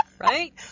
Right